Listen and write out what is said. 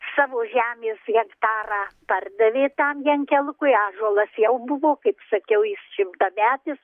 savo žemės hektarą pardavė tam jenkelukui ąžuolas jau buvo kaip sakiau jis šimtametis